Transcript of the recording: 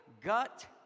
gut